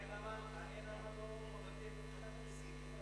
מעניין למה לא מבטלים את הפחתת המסים,